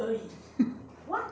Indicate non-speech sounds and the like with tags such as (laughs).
(laughs)